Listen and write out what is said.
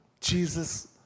Jesus